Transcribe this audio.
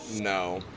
no